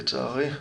לצערי.